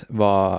var